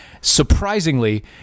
surprisingly